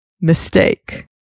mistake